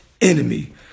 enemy